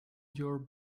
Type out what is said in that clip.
your